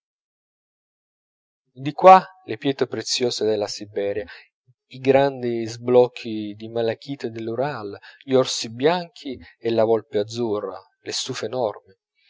di qua le pietre preziose della siberia i grandi blocchi di malachite dell'ural gli orsi bianchi e la volpe azzurra le stufe enormi